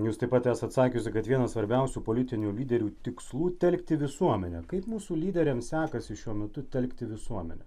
jūs taip pat esat sakiusi kad vienas svarbiausių politinių lyderių tikslų telkti visuomenę kaip mūsų lyderiams sekasi šiuo metu telkti visuomenę